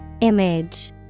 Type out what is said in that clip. Image